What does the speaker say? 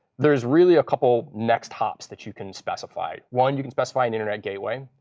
there's really a couple next hops that you can specify. one, you can specify an internet gateway.